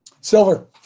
Silver